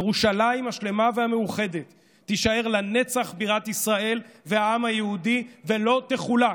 ירושלים השלמה והמאוחדת תישאר לנצח בירת ישראל והעם היהודי ולא תחולק.